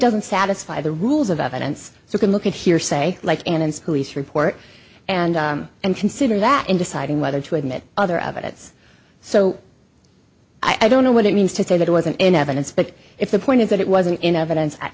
doesn't satisfy the rules of evidence so you can look at hearsay like and who is report and and consider that in deciding whether to admit other evidence so i don't know what it means to say that it wasn't in evidence but if the point is that it wasn't in evidence